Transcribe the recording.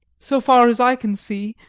so far as i can see,